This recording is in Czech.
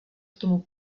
tomu